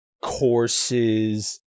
courses